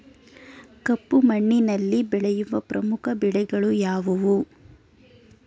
ಕಪ್ಪು ಮಣ್ಣಿನಲ್ಲಿ ಬೆಳೆಯುವ ಪ್ರಮುಖ ಬೆಳೆಗಳು ಯಾವುವು?